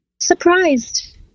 surprised